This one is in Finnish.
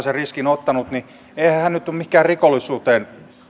sen riskin ottanut niin eihän hän nyt ole mihinkään rikollisuuteen